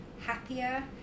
happier